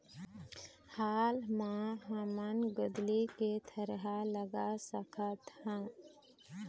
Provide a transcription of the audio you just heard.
हाल मा हमन गोंदली के थरहा लगा सकतहन?